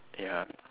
ya